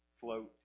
float